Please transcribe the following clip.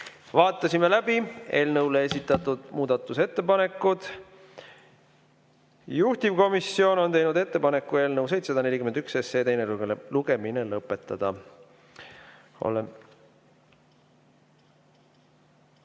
Vaatasime läbi eelnõu kohta esitatud muudatusettepanekud. Juhtivkomisjon on teinud ettepaneku eelnõu 741 teine lugemine lõpetada.